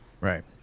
right